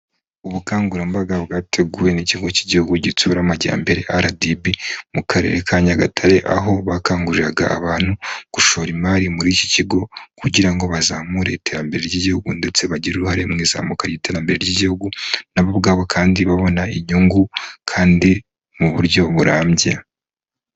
Ubukangurambaga bwateguwe n'ikigo cy'igihugu gitsura amajyambere RDB mu karere ka Nyagatare, aho bakanguriraga abantu gushora imari muri iki kigo kugira ngo bazamure iterambere ry'igihugu ndetse bagire uruhare mu izamuka ry'iterambere ry'igihugu, na bo ubwabo kandi babona inyungu kandi mu buryo burambye.